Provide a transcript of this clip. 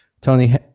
Tony